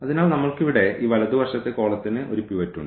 അതിനാൽ നമ്മൾക്ക് ഇവിടെ ഈ വലതുവശത്തെ കോളത്തിന് ഒരു പിവറ്റ് ഉണ്ട്